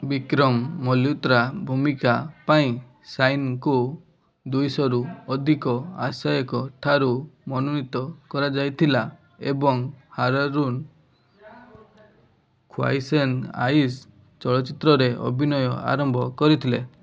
ବିକ୍ରମ ମଲହୋତ୍ରା ଭୂମିକା ପାଇଁ ଶାଇନିଙ୍କୁ ଦୁଇଶହରୁ ଅଧିକ ଆଶାୟୀଙ୍କ ଠାରୁ ମନୋନୀତ କରାଯାଇଥିଲା ଏବଂ ହାରାରୁନ ଖ୍ୱାଇଶେନ୍ ଆଇସି ଚଳଚ୍ଚିତ୍ରରେ ଅଭିନୟ ଆରମ୍ଭ କରିଥିଲେ